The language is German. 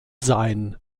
sein